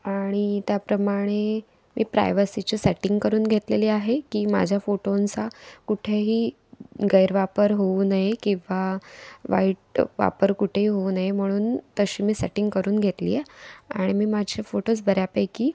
आणि त्याप्रमाणे मी प्रायव्हसीचे सेटिंग करून घेतलेली आहे की माझ्या फोटोंचा कुठेही गैरवापर होऊ नये किंवा वाईट वापर कुठेही होऊ नये म्हणून तशी मी सेटिंग करून घेतली आहे आणि मी माझे फोटोज बऱ्यापैकी